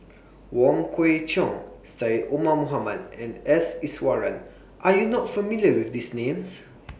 Wong Kwei Cheong Syed Omar Mohamed and S Iswaran Are YOU not familiar with These Names